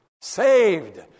saved